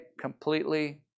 completely